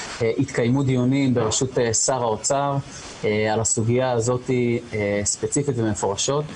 התקיימו דיונים בראשות שר האוצר על הסוגיה הזאת ספציפית ומפורשות.